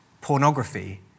Pornography